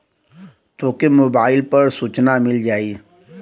तोके मोबाइल पर सूचना मिल जाई